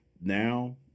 now